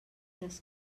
des